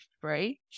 free